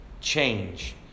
change